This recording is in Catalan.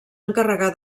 encarregar